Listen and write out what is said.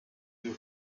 you